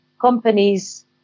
companies